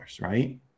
right